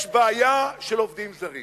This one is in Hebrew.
יש בעיה של עובדים זרים